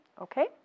Okay